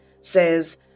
says